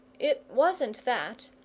it wasn't that.